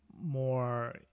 more